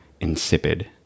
insipid